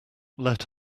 let